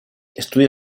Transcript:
estudia